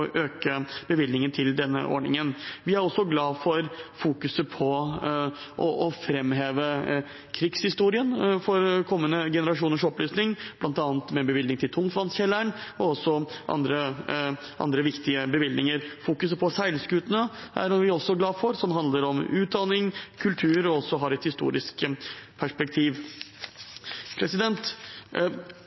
øke bevilgningen til denne ordningen. Vi er også glad for fokuset på å framheve krigshistorien for kommende generasjoners opplysning, bl.a. med bevilgning til Tungtvannskjelleren og også andre viktige bevilgninger. Fokuset på seilskutene er vi også glad for. Det handler om utdanning og kultur og har også et historisk perspektiv.